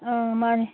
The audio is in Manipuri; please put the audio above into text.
ꯑꯥ ꯃꯥꯅꯤ